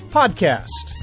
podcast